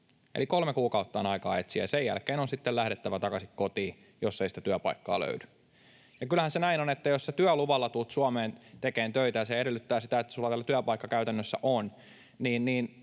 Eli kolme kuukautta on aikaa etsiä, ja sen jälkeen on sitten lähdettävä takaisin kotiin, jos ei sitä työpaikkaa löydy. Kyllähän se näin on, että jos sinä työluvalla tulet Suomeen tekemään töitä ja se edellyttää sitä, että sinulla työpaikka käytännössä on,